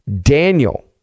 Daniel